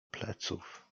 pleców